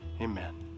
Amen